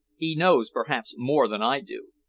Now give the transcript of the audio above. he knows, perhaps, more than i do.